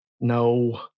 No